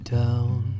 down